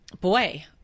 boy